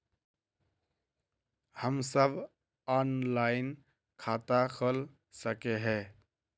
हम सब ऑनलाइन खाता खोल सके है?